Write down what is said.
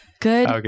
Good